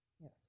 Yes